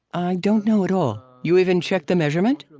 don't know at all. you even checked the measurement?